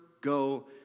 go